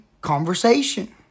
conversation